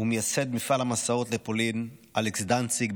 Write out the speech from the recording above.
ומייסד מפעל המסעות לפולין אלכס דנציג,